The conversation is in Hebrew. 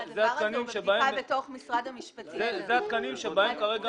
וזה על פי בדיקות שעשינו.